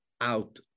out